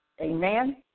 Amen